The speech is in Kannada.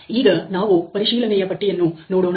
ಈಗ ನಾವು ಪರಿಶೀಲನೆಯ ಪಟ್ಟಿ ಯನ್ನು ನೋಡೋಣ